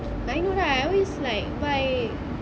I know right I always like buy